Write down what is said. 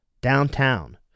Downtown